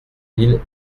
mille